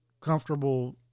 comfortable